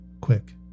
quick